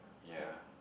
ya